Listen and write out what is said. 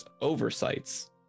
oversights